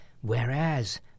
Whereas